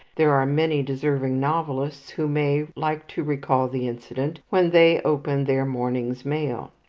there are many deserving novelists who may like to recall the incident when they open their morning's mail.